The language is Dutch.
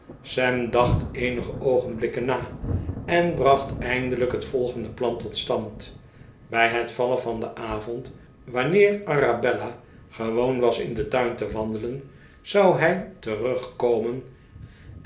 sam dacht eenige oogenblikken na en bracht eindelijk het volgende plan tot stand bij het vallen van den avond wanneer arabella gewoon was in den tuin te wandelen zou hij terugkomen